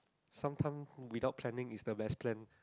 sometime without planning is the best plan